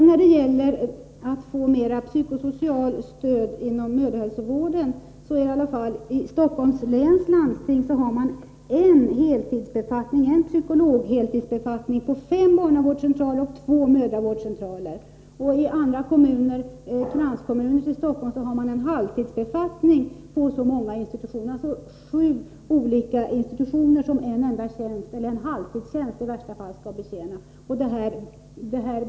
När det gäller att åstadkomma ett ökat psykosocialt stöd inom mödrahälsovården har man i Stockholms läns landsting en psykologheltidsbefattning på fem barnavårdscentraler och två mödravårdscentraler. I kranskommuner till Stockholm har man en halvtidsbefattning på lika många institutioner. Det är alltså sju olika institutioner som en enda tjänst eller i värsta fall en halvtidstjänst skall betjäna.